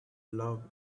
love